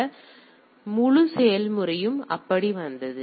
எனவே முழு செயல்முறையும் அப்படி வந்தது